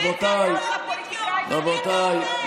רבותיי,